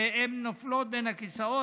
והן נופלות בין הכיסאות.